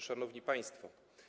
Szanowni Państwo!